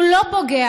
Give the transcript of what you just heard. הוא לא פוגע.